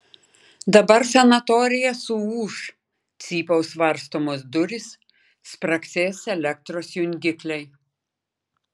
dabar sanatorija suūš cypaus varstomos durys spragsės elektros jungikliai